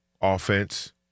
offense